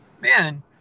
man